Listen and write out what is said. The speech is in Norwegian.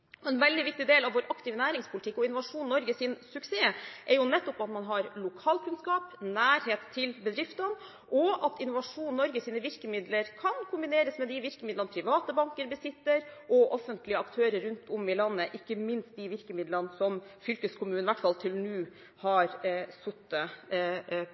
En veldig viktig del av vår aktive næringspolitikk og Innovasjon Norges suksess er nettopp at man har lokalkunnskap, nærhet til bedriftene, og at Innovasjon Norges virkemidler kan kombineres med de virkemidlene private banker og offentlige aktører rundt om i landet besitter, ikke minst de virkemidlene som fylkeskommunene i hvert fall til nå